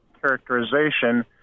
characterization